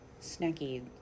snacky